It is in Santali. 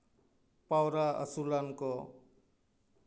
ᱯᱟᱣᱨᱟ ᱟᱹᱥᱩᱞᱟᱱ ᱠᱚ